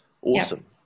Awesome